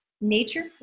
Nature